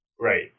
Right